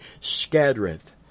scattereth